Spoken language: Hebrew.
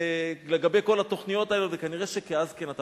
לגבי כל התוכניות האלה, וכנראה שכאז כן עתה.